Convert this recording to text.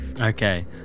Okay